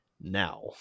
now